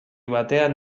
batean